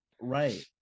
Right